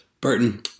Burton